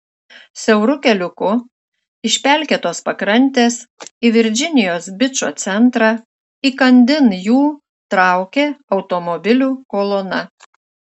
siauru keliuku iš pelkėtos pakrantės į virdžinijos bičo centrą įkandin jų traukė automobilių kolona